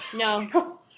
No